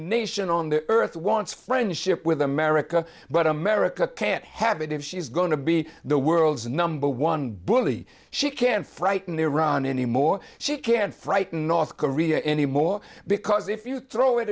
nation on the earth wants friendship with america but america can't have it if she's going to be the world's number one bully she can frighten iran anymore she can't frighten north korea anymore because if you throw i